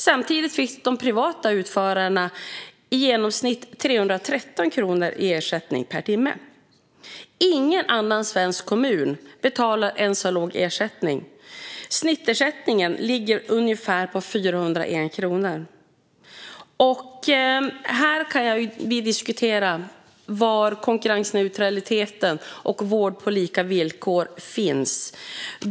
Samtidigt fick de privata utförarna i genomsnitt 313 kronor i ersättning per timme. Ingen annan svensk kommun betalar en så låg ersättning - snittersättningen ligger på ungefär 401 kronor. Här kan vi diskutera var konkurrensneutraliteten och vård på lika villkor finns.